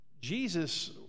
Jesus